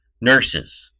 nurses